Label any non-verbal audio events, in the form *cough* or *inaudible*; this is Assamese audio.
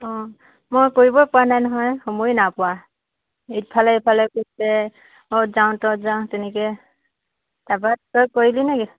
অঁ মই কৰিব পৰা নাই নহয় সময় নাই পোৱা ইফালে ইফালে *unintelligible* যাওঁ *unintelligible* ত'ত যাওঁ তেনেকে তাৰপা তই কৰিলি নেকি